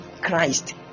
Christ